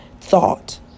thought